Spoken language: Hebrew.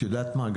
את יודעת מה?